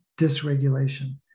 dysregulation